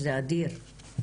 זה אדיר.